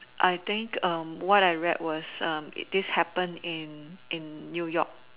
I think um what I read was um this happened in in New York